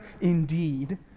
indeed